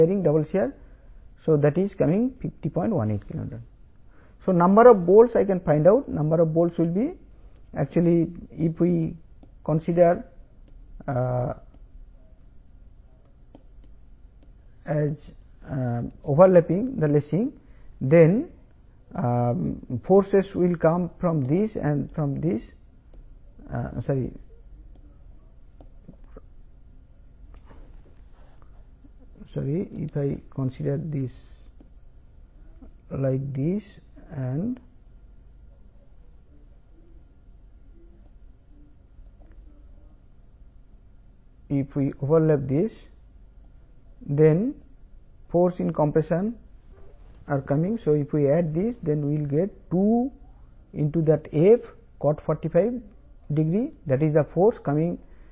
18 kN bolt ల సంఖ్య 20 మిమీ వ్యాసం కలిగిన ఒక బోల్ట్ను ఇద్దాము